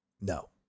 No